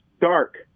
dark